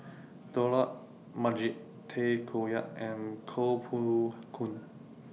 Dollah Majid Tay Koh Yat and Koh Poh Koon